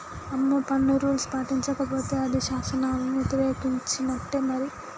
అమ్మో పన్ను రూల్స్ పాటించకపోతే అది శాసనాలను యతిరేకించినట్టే మరి